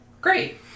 great